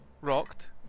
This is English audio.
rocked